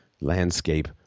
landscape